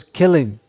killing